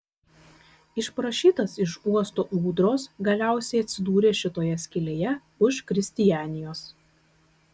išprašytas iš uosto ūdros galiausiai atsidūrė šitoje skylėje už kristianijos